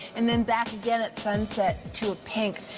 and then back again at sunset to a pink.